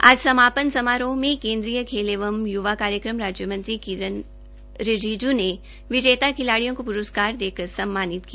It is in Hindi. आज समापन समारोह में केन्द्रीय खेल एवं यूवा कार्यक्रम राज्यमंत्री किरण रिजिजू ने विजेता खिलाडियों को प्रस्कार देकर सम्मानित किया